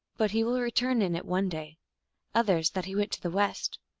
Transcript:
but he will re turn in it one day others, that he went to the west.